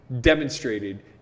demonstrated